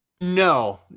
No